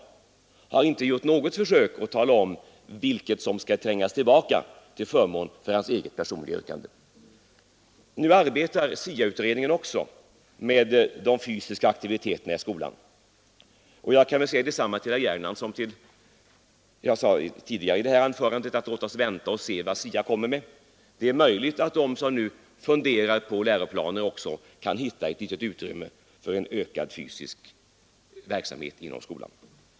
Han har inte gjort något försök att tala om vilket som skall trängas tillbaka till förmån för hans eget yrkande. Nu arbetar SIA-utredningen också med de fysiska aktiviteterna i skolan, och jag kan väl säga detsamma till herr Gernandt som jag sade tidigare i det här anförandet — låt oss vänta och se vad SIA kommer med. Det är möjligt att de som nu funderar på läroplaner också kan hitta ett litet utrymme för en ökad fysisk aktivitet inom skolan.